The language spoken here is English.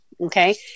Okay